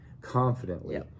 confidently